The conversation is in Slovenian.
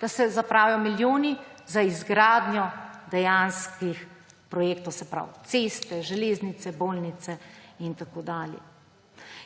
da se zapravijo milijoni za izgradnjo dejanskih projektov, se pravi ceste, železnice, bolnice in tako dalje?